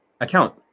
account